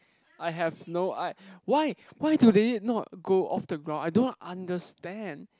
I have no I why why do they not go off the ground I don't understand